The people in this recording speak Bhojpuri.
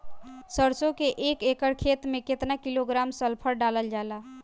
सरसों क एक एकड़ खेते में केतना किलोग्राम सल्फर डालल जाला?